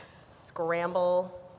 scramble